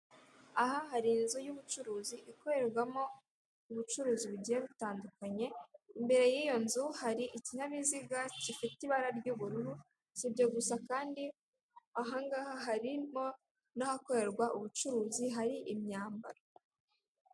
Aha hari inzu y'ubucuruzi ikorerwamo ubucuruzi bugiye butandukanye imbere yiyo nzu hari ikinyabiziga gifite ibara ry'ubururu sibyo gusa kandi ahangaha harimo n'ahakorerwa ubucuruzi hari imyambaro.